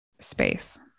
Space